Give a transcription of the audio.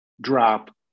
drop